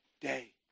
day